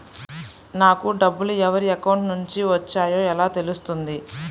నాకు డబ్బులు ఎవరి అకౌంట్ నుండి వచ్చాయో ఎలా తెలుస్తుంది?